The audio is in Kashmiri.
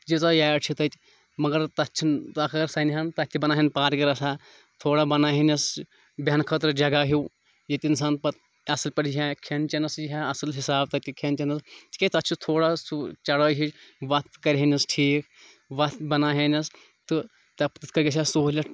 تیٖژاہ یارِ چھِ تَتہِ مگر تَتھ چھِنہٕ تَتھ اگر سَنہٕ ہَن تَتھ تہِ بَناو ہن پارکہِ رَژاہ تھوڑا بناو ہنَس بیٚہنہٕ خٲطرٕ جگہ ہیٚوٗ ییٚتہِ اِنسان پَتہٕ اَصٕل پٲٹھۍ یی ہا کھٮ۪ن چٮ۪نَس یی ہا اَصٕل حِساب تَتہِ کھٮ۪ن چٮ۪نَس تِکیازِ تَتھ چھُ تھوڑا سُہ چَڑٲے ہِش وَتھ کَرہنَس ٹھیٖک وَتھ بناوہنَس تہٕ تَپھ تِتھ کٔنۍ گژھِ ہا سہوٗلیت